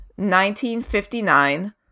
1959